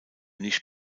nicht